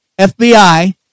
FBI